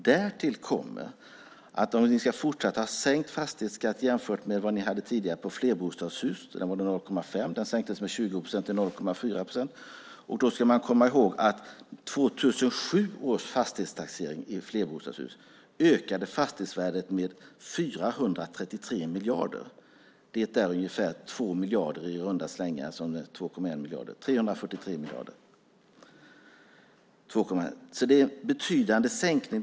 Därtill kommer att om ni ska fortsätta att ha sänkt fastighetsskatt jämfört med vad ni hade tidigare på flerbostadshus, där det var 0,5 - den sänktes med 20 procent till 0,4 procent - ska man komma ihåg att 2007 års fastighetstaxering i flerbostadshus ökade fastighetsvärdet med 443 miljarder. Det är ungefär 2 miljarder i runda slängar - 2,1 miljarder. Det är alltså en betydande sänkning.